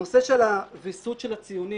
הנושא של הוויסות של הציונים,